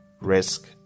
risk